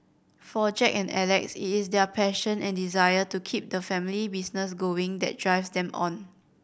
for Jack and Alex it is their passion and desire to keep the family business going that drives them on